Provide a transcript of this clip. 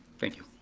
thank you.